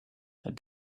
that